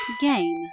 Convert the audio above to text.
Game